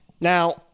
Now